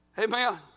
Amen